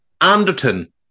Anderton